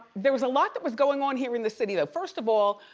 there was a lot that was going on here in the city, though. first of all,